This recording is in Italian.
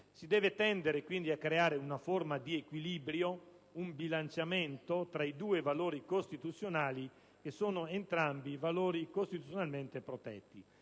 Si deve tendere, quindi, a creare una forma di equilibrio, un bilanciamento tra i due valori costituzionali che sono entrambi costituzionalmente protetti,